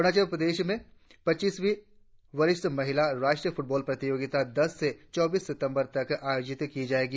अरुणाचल प्रदेश में पच्चीसवीं वरिष्ठ महिला राष्ट्रीय फुटबॉल प्रतियोगिता दस से चौबीस सितंबर तक आयोजित की जायेगी